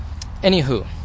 Anywho